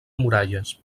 muralles